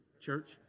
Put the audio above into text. church